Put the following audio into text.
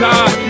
God